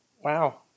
Wow